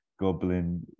goblin